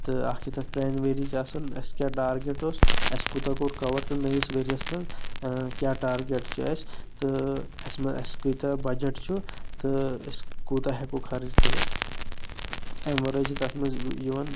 تہٕ اکھ چھ تَتھ پرانہِ ورۍیٕچ آسان اَسہِ کیٛاہ ٹارگٮ۪ٹ اوس اَسہِ کوٗتاہ کوٚر کور تہٕ نٔیِس ؤرۍ یس منٛز کیٛاہ ٹارگٮ۪ٹ چھُ اَسہِ تہٕ اَسہِ آسہِ کۭتیاہ بجٹ چھُ تہٕ أسۍ کوٗتاہ ہٮ۪کو خرٕچ کٔرِتھ أمہِ ورأے چھ تَتھ منٛز یِوان